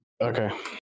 Okay